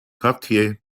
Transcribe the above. cartier